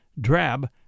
drab